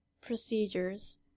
procedures